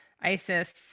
ISIS